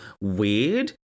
weird